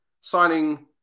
Signing